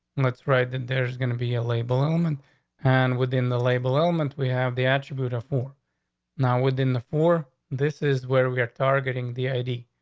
let's write that there's gonna be a label home and and within the label element, we have the attribute of four now within the four. this is where we are targeting the id.